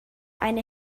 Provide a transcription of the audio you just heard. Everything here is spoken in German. eine